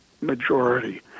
majority